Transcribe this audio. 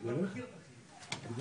רגע אחד.